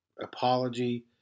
apology